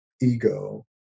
ego